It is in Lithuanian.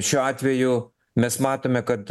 šiuo atveju mes matome kad